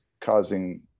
causing